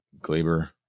Glaber